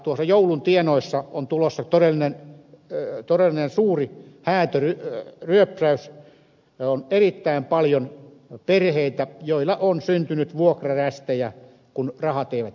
tuossa joulun tienoissa on tulossa todellinen suuri häätöryöpsäys ja on erittäin paljon perheitä joille on syntynyt vuokrarästejä kun rahat eivät riitä